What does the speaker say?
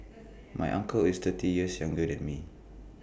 my uncle is thirty years younger than me